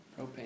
Propane